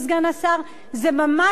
זה ממש לא במקרה.